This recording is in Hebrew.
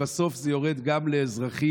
ובסוף זה יורד גם לאזרחים,